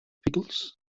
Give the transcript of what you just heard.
pickles